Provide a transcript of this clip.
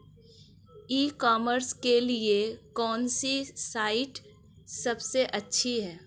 ई commerce के लिए कौनसी साइट सबसे अच्छी है?